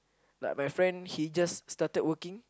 like my friend he just started working